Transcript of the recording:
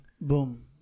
Boom